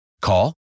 Call